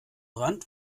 rand